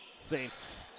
Saints